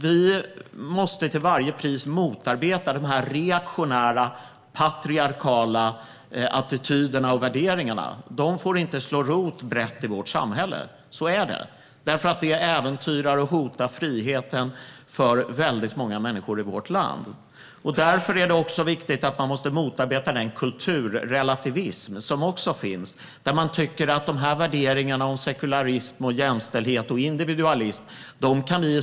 Vi måste till varje pris motarbeta dessa reaktionära och patriarkala attityder och värderingar. De får inte slå rot brett i vårt samhälle, för de äventyrar och hotar friheten för väldigt många människor i vårt land. Därför är det också viktigt att motarbeta den kulturrelativism som också finns, som går ut på att vi i Sverige kan tumma lite på värderingarna om sekularism, jämställdhet och individualism.